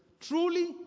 truly